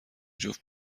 جفت